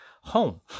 home